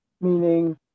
Meaning